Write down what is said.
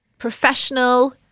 Professional